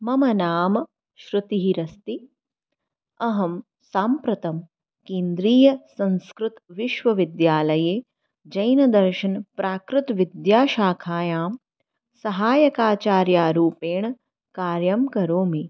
मम नाम श्रुतिः अस्ति अहं साम्प्रतं केन्द्रीयसंस्कृतविश्वविद्यालये जैनदर्शनप्राकृतविद्याशाखायां सहायकाचार्यारूपेण कार्यं करोमि